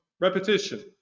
repetition